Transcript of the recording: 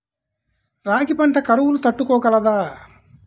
రాగి పంట కరువును తట్టుకోగలదా?